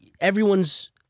Everyone's